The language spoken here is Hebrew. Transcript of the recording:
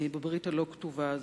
בברית הלא-כתובה הזאת,